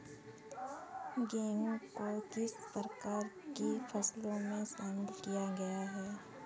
गेहूँ को किस प्रकार की फसलों में शामिल किया गया है?